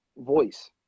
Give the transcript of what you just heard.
voice